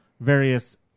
Various